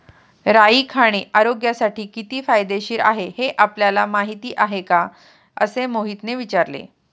राई खाणे आरोग्यासाठी किती फायदेशीर आहे हे आपल्याला माहिती आहे का? असे मोहितने विचारले